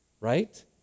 right